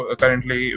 currently